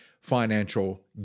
financial